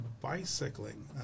bicycling